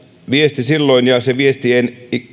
viesti silloin ja se viesti ei